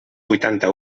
vuitanta